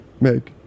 make